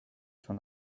schon